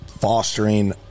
fostering